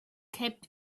kept